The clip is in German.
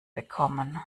bekommen